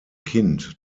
kind